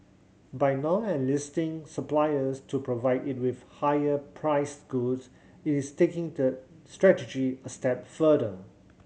by now enlisting suppliers to provide it with higher priced goods it is taking that strategy a step further